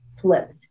flipped